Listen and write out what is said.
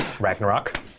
Ragnarok